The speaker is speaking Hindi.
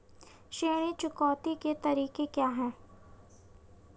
ऋण चुकौती के तरीके क्या हैं?